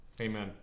Amen